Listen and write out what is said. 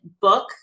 book